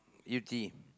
Yew-Tee